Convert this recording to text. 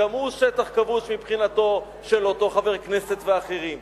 גם הוא שטח כבוש מבחינתו של אותו חבר כנסת ואחרים.